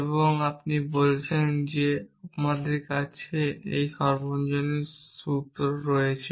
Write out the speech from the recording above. এবং আপনি বলছেন যে আমার কাছে এই সমস্ত সার্বজনীন সূত্র রয়েছে